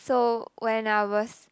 so when I was